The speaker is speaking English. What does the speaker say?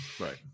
Right